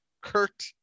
Kurt